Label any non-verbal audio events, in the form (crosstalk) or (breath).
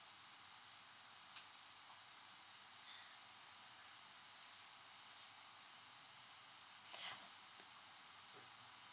(breath)